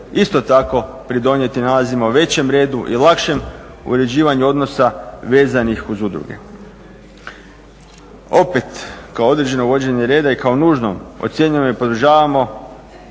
isto tako pridonijeti nalazima o većem redu i lakšem uređivanju odnosa vezanih uz udruge. Opet kao određeno uvođenje reda i kao nužno ocjenjujemo i podržavamo